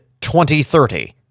2030